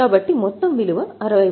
కాబట్టి మొత్తం విలువ 60000